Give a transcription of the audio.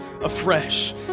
afresh